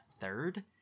third